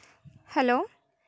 hello